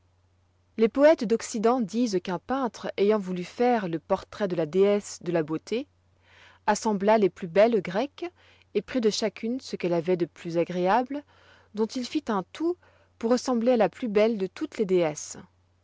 les poëtes d'occident disent qu'un peintre ayant voulu faire le portrait de la déesse de la beauté assembla les plus belles grecques et prit de chacune ce qu'elle avoit de plus agréable dont il fit un tout pour ressembler à la plus belle de toutes les